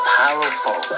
powerful